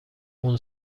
اون